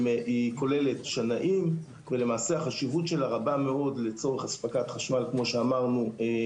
היא כוללת שנאים ולמעשה החשיבות שלה רבה מאוד לצורך אספקת חשמל לאזור,